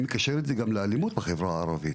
אני מקשר את זה גם לאלימות בחברה הערבית.